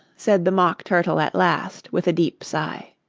said the mock turtle at last, with a deep sigh,